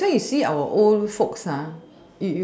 everytime you see our old folks